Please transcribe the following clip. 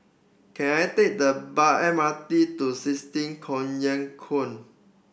can I take the by M R T to sixteen Collyer Quay